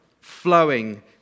flowing